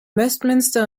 westminster